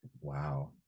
Wow